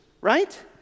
right